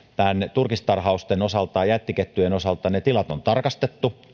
turkistarhauksen osalta jättikettujen osalta on tarkastettu